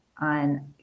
on